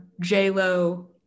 j-lo